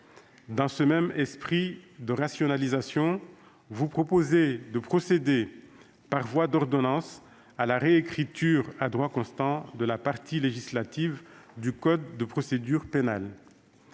Dans ce même esprit de rationalisation, vous proposez de procéder, par voie d'ordonnance, à la réécriture à droit constant de la partie législative du code de procédure pénale.